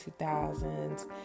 2000s